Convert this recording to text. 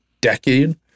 decade